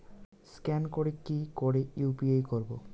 Scan করে কি করে ইউ.পি.আই করবো?